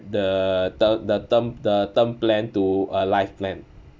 the term the term the term plan to a life plan